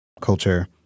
culture